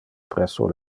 presso